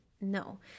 No